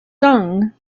sung